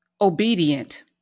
Obedient